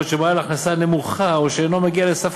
בעוד שבעל הכנסה נמוכה או מי שאינו מגיע לסף